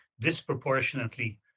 disproportionately